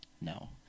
no